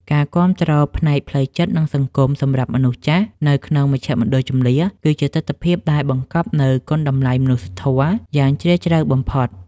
ការគាំទ្រផ្នែកផ្លូវចិត្ត និងសង្គមសម្រាប់មនុស្សចាស់នៅក្នុងមជ្ឈមណ្ឌលជម្លៀស គឺជាទិដ្ឋភាពដែលបង្កប់នូវគុណតម្លៃមនុស្សធម៌យ៉ាងជ្រាលជ្រៅបំផុត។